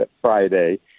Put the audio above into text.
Friday